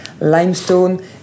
limestone